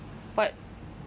part